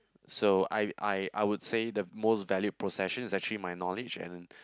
so I I I would say the most valued possession is actually my knowledge and